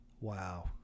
Wow